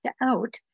out